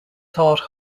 thought